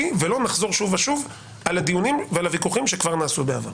ולא נחזור שוב ושוב על הדיונים ועל הוויכוחים שכבר נעשו בעבר.